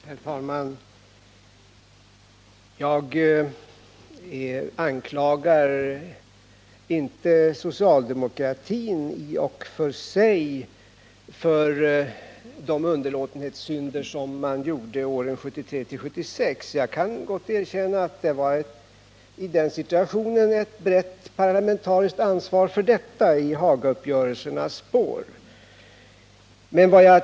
Herr talman! Jag anklagar inte socialdemokratin i och för sig för underlåtenhetssynderna åren 1973 till 1976. Jag kan gott erkänna att det i den situationen — i Hagauppgörelsernas spår — fanns ett brett parlamentariskt ansvar för den ekonomiska politik som då fördes.